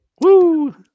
Woo